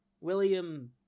William